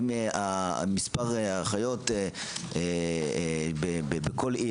אם מספר אחיות בכל עיר,